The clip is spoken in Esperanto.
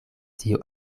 tio